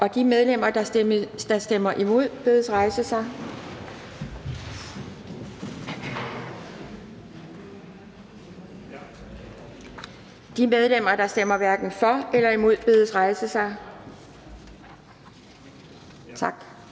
De medlemmer, der stemmer imod, bedes rejse sig. Tak. De medlemmer, der stemmer hverken for eller imod, bedes rejse sig. Tak.